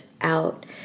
out